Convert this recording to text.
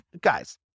guys